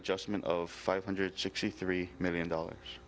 adjustment of five hundred sixty three million dollars